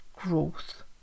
growth